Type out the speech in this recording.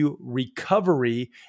recovery